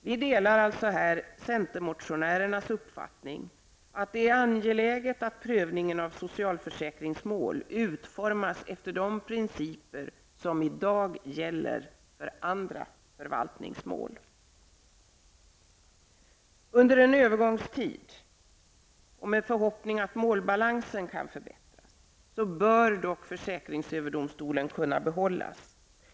Vi delar här centermotionärernas uppfattning att det är angeläget att prövningen av socialförsäkringsmål utformas efter de principer som i dag gäller för andra förvaltningsmål. Under en övergångstid och med förhoppning att målbalansen kan förbättras bör dock försäkringsöverdomstolen kunna behållas.